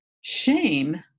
Shame